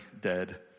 dead